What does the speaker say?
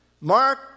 Mark